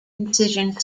incision